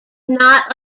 not